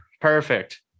Perfect